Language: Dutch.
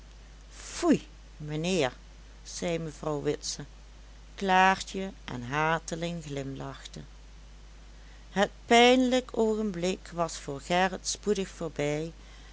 foei mijnheer zei mevrouw witse klaartje en hateling glimlachten het pijnlijk oogenblik was voor gerrit spoedig voorbij